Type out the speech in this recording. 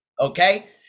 okay